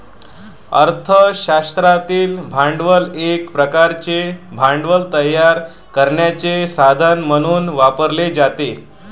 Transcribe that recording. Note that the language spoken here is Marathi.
अर्थ शास्त्रातील भांडवल एक प्रकारचे भांडवल तयार करण्याचे साधन म्हणून वापरले जाते